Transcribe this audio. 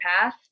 path